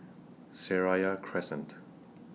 Seraya Crescent